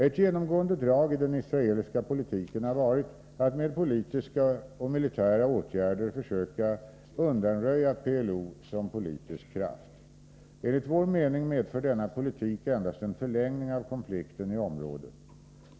Ett genomgående drag i den israeliska politiken har varit att med politiska och militära åtgärder försöka undanröja PLO som politisk kraft. Enligt vår mening medför denna politik endast en förlängning av konflikten i området.